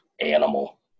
animal